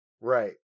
Right